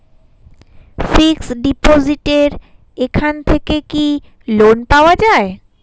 Fix ডিপোজিটের এখান থেকে কি লোন পাওয়া যায়?